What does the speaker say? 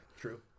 True